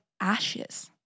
ashes